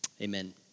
Amen